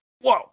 whoa